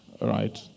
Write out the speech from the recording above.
right